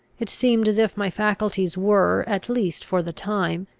it seemed as if my faculties were, at least for the time,